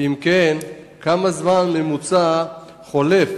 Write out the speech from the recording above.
אם כן, כמה זמן בממוצע חולף